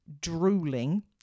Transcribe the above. drooling